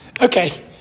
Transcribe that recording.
Okay